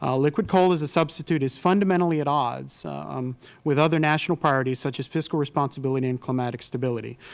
ah liquid coal as a substitute is fundamentally at odds um with other national priorities such as fiscal responsibility and climatic stability.